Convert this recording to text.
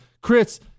Chris